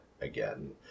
again